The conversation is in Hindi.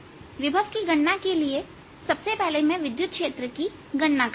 विभव की गणना करने के लिए सबसे पहले मैं विद्युत क्षेत्र की गणना करता हूं